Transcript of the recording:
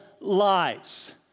lives